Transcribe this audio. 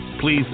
please